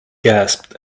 gasped